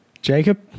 Jacob